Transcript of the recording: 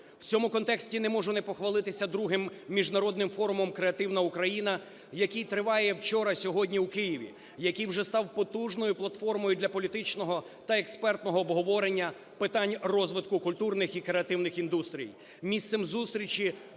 В цьому контексті не можу не похвалитися Другим міжнародним форумом "Креативна Україна", який триває вчора і сьогодні в Києві. Який вже став потужною платформою для політичного та експертного обговорення питань розвитку культурних і креативних індустрій,